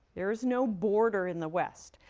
there is no border in the west.